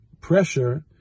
pressure